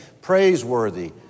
praiseworthy